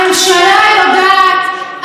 הממשלה יודעת,